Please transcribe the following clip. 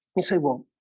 you say well,